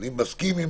אני מסכים עם